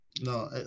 No